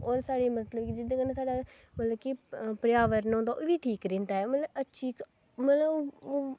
होर साढ़े मतलब कि जिं'दे कन्नै साढ़ा मतलब कि जेह्ड़ा पर्यावरण होंदा ओह् बी ठीक रैहंदा मतलब अच्छी इक